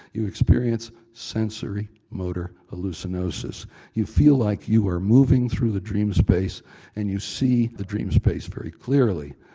you experience sensor motor hallucinosis you feel like you were moving through the dream space and you see the dream space very clearly.